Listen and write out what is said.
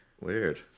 Weird